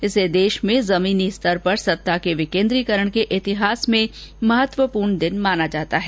इसे देश में जमीनी स्तर पर सत्ता के विकेन्द्रीकरण के इतिहास में महत्वपूर्ण दिन माना जाता है